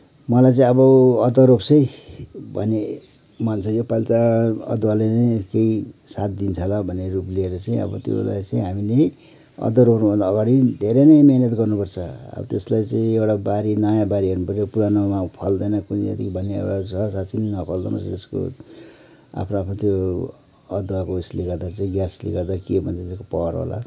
मलाई चाहिँ अब अदुवा रोप्छु है भन्ने मन छ योपालि त अदुवाले नै केही साथ दिन्छ होला भन्ने रूप लिएर चाहिँ अब त्यसलाई चाहिँ हामीले अदुवा रोप्नुभन्दा अगाडि धेरै नै मेहनत गर्नु पर्छ अब त्यसलाई चाहिँ एउटा बारीमा नयाँ बारी हेर्नु पऱ्यो पुरानोमा फल्दैन कुन्नि के जाति भन्ने छ साँच्चि नै नफल्दो पनि रहेछ यसको आफ्नो आफ्नो त्यो आदुवाको उयस्ले गर्दा चाहिँ ग्यासले गर्दा के भन्छ त्यसको पवर होला